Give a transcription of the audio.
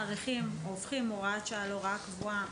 כשהופכים הוראת שעה להוראה קבועה,